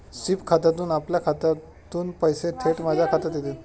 sweep खात्यातून आपल्या खात्यातून पैसे थेट माझ्या खात्यात येतील